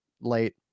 late